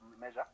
measure